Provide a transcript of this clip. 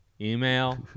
Email